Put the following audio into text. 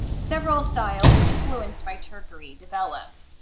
several styles influenced by turquerie developed.